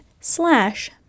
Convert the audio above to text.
slash